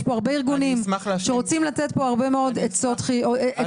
יש פה הרבה ארגונים שרוצים לתת פה הרבה מאוד עצות שימושיות.